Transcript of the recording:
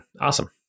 awesome